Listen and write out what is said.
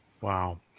Wow